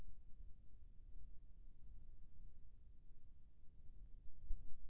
पढ़ई बर लोन कतका मिल जाथे अऊ पढ़ई लोन बर जमीन जरूरी हे?